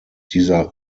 dieser